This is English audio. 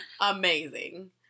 Amazing